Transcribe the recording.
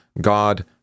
God